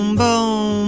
boom